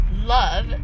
love